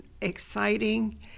exciting